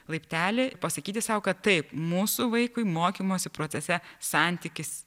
laiptelį pasakyti sau kad taip mūsų vaikui mokymosi procese santykis